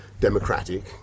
democratic